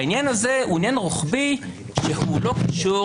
העניין הזה הוא עניין רוחבי שהוא לא קשור